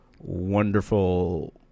wonderful